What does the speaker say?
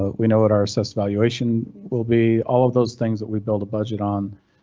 we know what are assessed. valuation will be all of those things that we build a budget on,